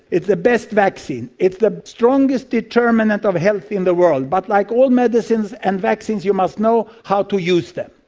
it's the best vaccine, it's the strongest determinant of health in the world. but like all medicines and vaccines, you must know how to use them.